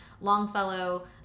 Longfellow